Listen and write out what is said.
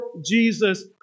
Jesus